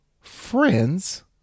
Friends